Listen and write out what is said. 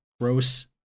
gross